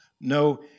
no